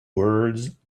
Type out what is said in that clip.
words